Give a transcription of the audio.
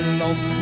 love